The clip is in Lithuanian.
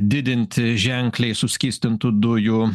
didinti ženkliai suskystintų dujų